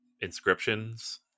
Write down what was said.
inscriptions